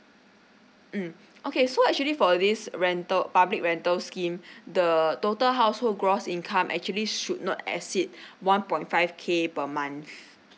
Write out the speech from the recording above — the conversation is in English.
mm okay so actually for this rental public rental scheme the total household gross income actually should not exceed one point five K per month